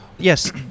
Yes